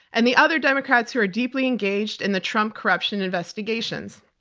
and the other democrats who are deeply engaged in the trump corruption investigations.